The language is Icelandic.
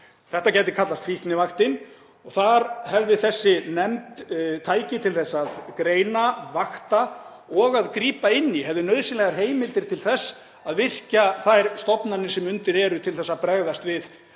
Þetta gæti kallast fíknivaktin. Þar hefði þessi nefnd tæki til að greina, vakta og grípa inn í. Hún hefði nauðsynlegar heimildir til þess að virkja þær stofnanir sem undir eru til að bregðast við